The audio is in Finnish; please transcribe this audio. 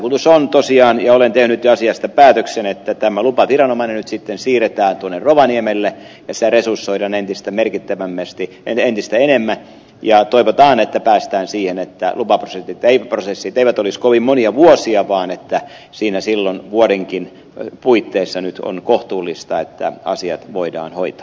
tarkoitus on tosiaan ja olen tehnyt jo asiasta päätöksen että tämä lupaviranomainen nyt sitten siirretään rovaniemelle ja sitä resursoidaan entistä enemmän ja toivotaan että päästään siihen että lupaprosessit eivät vie kovin monia vuosia vaan vuodenkin puitteissa nyt on kohtuullista että asiat voidaan hoitaa